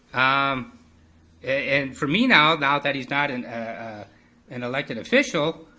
um and for me now, now that he's not and ah an elected official,